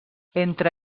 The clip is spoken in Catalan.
entre